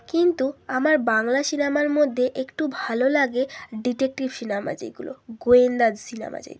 কিন্তু আমার বাংলা সিনেমার মধ্যে একটু ভালো লাগে ডিটেকটিভ সিনেমা যেগুলো গোয়েন্দা সিনেমা যেগুলো